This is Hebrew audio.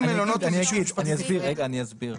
אני אסביר.